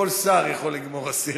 כל שר יכול לגמור אסיר.